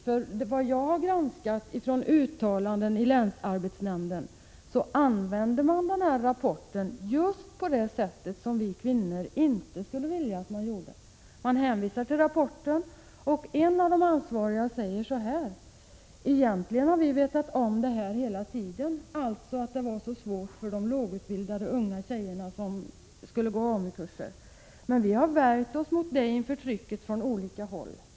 Efter att ha granskat uttalanden i länsarbetsnämnden har jag funnit att man använder den här rapporten just på det sätt som vi kvinnor inte skulle vilja att man gjorde. Man hänvisar till rapporten, och en av de ansvariga säger så här: Egentligen har vi vetat om detta hela tiden — alltså att det var så svårt för de lågutbildade unga tjejerna som skulle gå AMU-kurser — men vi har värjt oss mot det inför trycket från olika håll.